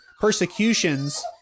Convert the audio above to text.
persecutions